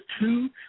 two